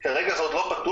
כרגע זה עוד לא פתור,